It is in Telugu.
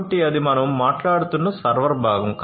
కాబట్టి అది మనం మాట్లాడుతున్న సర్వర్ భాగం